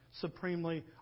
supremely